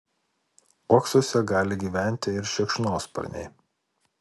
uoksuose gali gyventi ir šikšnosparniai